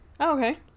okay